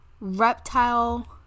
reptile